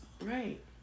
right